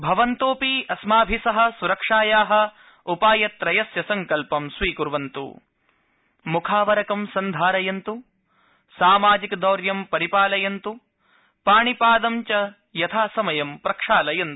भवन्तोऽपि अस्माभि सह सुरक्षाया उपायत्रयस्य संकल्पं स्वीकुर्वन्तु मुखावरंक सन्धारयन्त सामाजिकदौर्य परिपालयन्त् पाणिपाद च यथासमय प्रक्षालयन्त